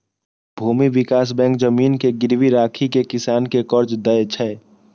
भूमि विकास बैंक जमीन के गिरवी राखि कें किसान कें कर्ज दै छै